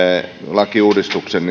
lakiuudistuksen